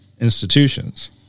institutions